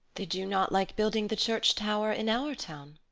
did you not like building the church-tower in our town?